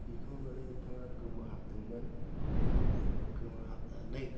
बेखौ माने बिथाङा गोमोहाबदोंमोन गोमोहाबनानै